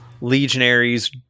Legionaries